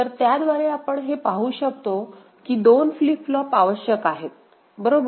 तर ज्याद्वारे आपण हे पाहू शकतो की 2 फ्लिप फ्लॉप आवश्यक आहेत बरोबर